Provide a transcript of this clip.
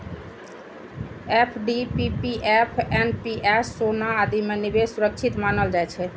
FD, PPF, NPS, सोना आदि मे निवेश सुरक्षित मानल जाइ छै